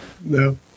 No